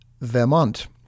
Vermont